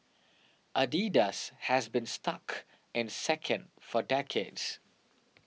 Adidas has been stuck in second for decades